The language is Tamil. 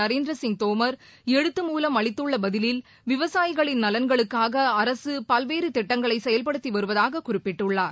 நரேந்திர சிங் தோம் எழுத்து மூலம் அளித்துள்ள பதிலில் விவசாயிகளின் நலன்களுக்காக அரசு பல்வேறு திட்டங்களை செயல்படுத்தி வருவதாக குறிப்பிட்டுள்ளார்